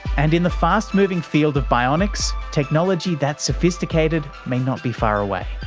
and in the fast moving field of bionics, technology that sophisticated may not be far away.